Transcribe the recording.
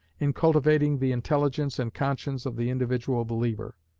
in cultivating the intelligence and conscience of the individual believer.